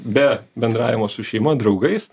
be bendravimo su šeima draugais